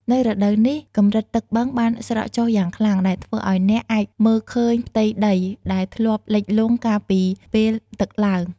នៅរដូវនេះ កម្រិតទឹកបឹងបានស្រកចុះយ៉ាងខ្លាំង ដែលធ្វើឲ្យអ្នកអាចមើលឃើញផ្ទៃដីដែលធ្លាប់លិចលង់កាលពីពេលទឹកឡើង។